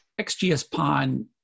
XGSPON